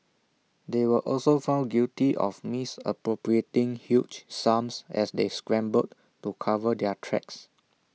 they were also found guilty of misappropriating huge sums as they scrambled to cover their tracks